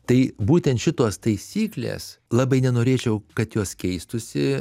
tai būtent šitos taisyklės labai nenorėčiau kad jos keistųsi